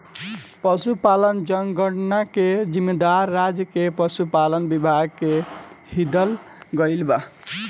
पसुपालन जनगणना के जिम्मेवारी राज्य के पसुपालन विभाग के दिहल गइल बा